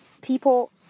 people